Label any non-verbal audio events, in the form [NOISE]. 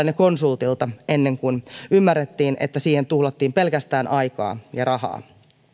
[UNINTELLIGIBLE] ne konsultilta ennen kuin ymmärrettiin että siihen tuhlattiin pelkästään aikaa ja rahaa